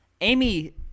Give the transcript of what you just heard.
Amy